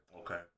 Okay